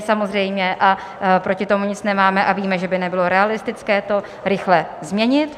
Samozřejmě proti tomu nic nemáme a víme, že by nebylo realistické to rychle změnit.